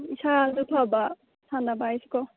ꯏꯁꯥꯁꯨ ꯐꯕ ꯁꯥꯟꯅꯕ ꯍꯥꯏꯁꯤꯀꯣ